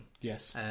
Yes